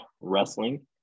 Wrestling